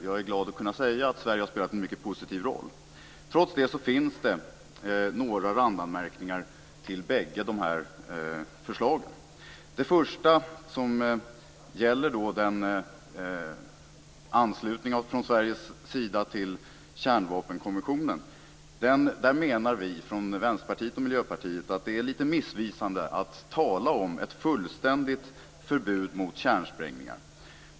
Jag är glad att kunna säga att Sverige har spelat en mycket positiv roll. Trots det så finns det några randanmärkningar till båda de här förslagen. Det första gäller Sveriges anslutning till kärnvapenkonventionen. Vi i Vänsterpartiet och Miljöpartiet menar att det är lite missvisande att tala om ett fullständigt förbud mot kärnsprängningar.